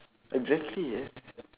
exactly yes